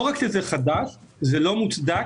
אני חושב שזה סעיף לא סביר,